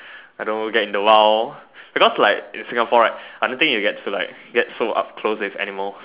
you know get in the wild because like in Singapore right I don't think like get so up close with animal